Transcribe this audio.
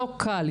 לא קל.